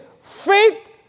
Faith